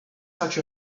such